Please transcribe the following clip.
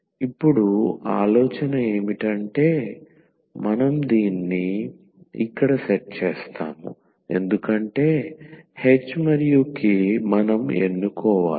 ఇప్పుడు ఆలోచన ఏమిటంటే మనం దీన్ని ఇక్కడ సెట్ చేస్తాము ఎందుకంటే h మరియు k మనం ఎన్నుకోవాలి